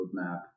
roadmap